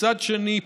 מצד שני,